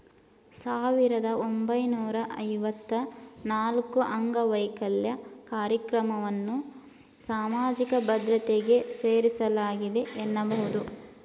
ಸಾವಿರದ ಒಂಬೈನೂರ ಐವತ್ತ ನಾಲ್ಕುಅಂಗವೈಕಲ್ಯ ಕಾರ್ಯಕ್ರಮವನ್ನ ಸಾಮಾಜಿಕ ಭದ್ರತೆಗೆ ಸೇರಿಸಲಾಗಿದೆ ಎನ್ನಬಹುದು